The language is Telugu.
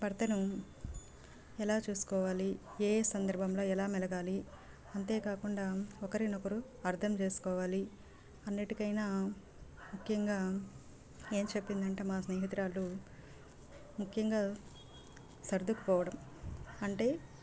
భర్తను ఎలా చూసుకోవాలి ఏయే సందర్భంలో ఎలా మెలగాలి అంతేకాకుండా ఒకరినొకరు అర్దం చేసుకోవాలి అన్నిటికయినా ముఖ్యంగా ఏం చెప్పిందంటే మా స్నేహితురాలు ముఖ్యంగా సర్దుకుపోవటం అంటే